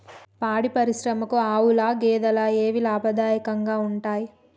పాడి పరిశ్రమకు ఆవుల, గేదెల ఏవి లాభదాయకంగా ఉంటయ్?